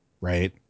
right